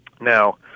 Now